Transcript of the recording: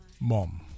Mom